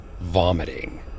vomiting